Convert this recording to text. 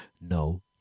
No